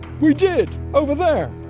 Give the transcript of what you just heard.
we did, over there!